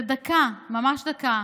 שדקה, ממש דקה,